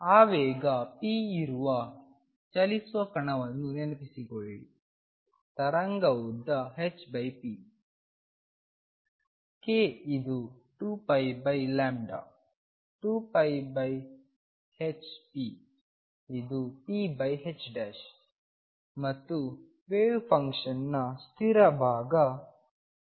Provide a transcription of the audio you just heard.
ಆವೇಗ p ಇರುವ ಚಲಿಸುವ ಕಣವನ್ನು ನೆನಪಿಸಿಕೊಳ್ಳಿ ತರಂಗ ಉದ್ದ hp k ಇದು 2π 2πhp ಇದು p ಮತ್ತು ವೇವ್ ಫಂಕ್ಷನ್ನ ಸ್ಥಿರ ಭಾಗ eikxx